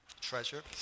treasure